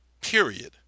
period